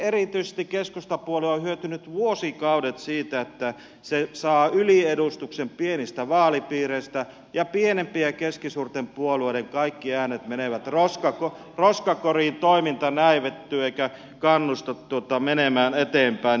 erityisesti keskustapuolue on hyötynyt vuosikaudet siitä että se saa yliedustuksen pienistä vaalipiireistä ja pienempien ja keskisuurten puolueiden kaikki äänet menevät roskakoriin toiminta näivettyy eikä tämä kannusta menemään eteenpäin